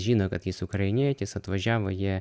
žino kad jis ukrainietis atvažiavo jie